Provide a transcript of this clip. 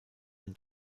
den